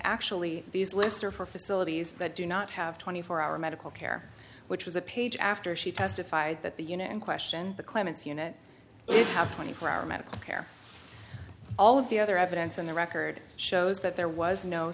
actually these lists are for facilities that do not have twenty four hour medical care which was a page after she testified that the unit in question the claimants unit it have twenty four hour medical care all of the other evidence in the record shows that there was no